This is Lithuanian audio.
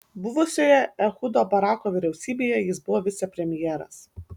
buvusioje ehudo barako vyriausybėje jis buvo vicepremjeras